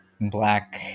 black